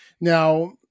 Now